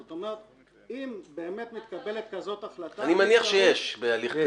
זאת אומרת אם באמת מתקבלת כזאת החלטה --- אני מניח שיש בהליך כזה.